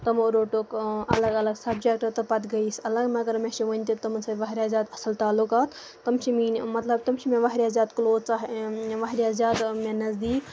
تِمو روٹُکھ اَلگ اَلگ سَبجیکٹہٕ تہٕ پَتہٕ گٔے أسۍ الگ مَگر مےٚ چھُ وٕنہِ تہِ تِمن سۭتۍ واریاہ زیادٕ اَصٕل تعلقات تِم چھِ میٲنۍ مطلب تِم چھِ مےٚ واریاہ زیادٕ کُلوز واریاہ زیادٕ مےٚ نَزدیٖک